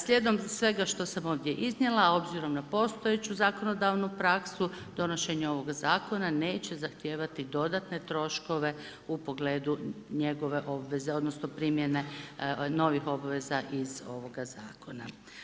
Slijedom svega što sam ovdje iznijela, obzirom na postojeću zakonodavnu praksu, donošenje ovog zakon neće zahtijevati dodatne troškove u pogledu njegove obveze odnosno primjene novih obveza iz ovoga zakona.